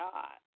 God